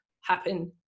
happen